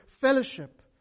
fellowship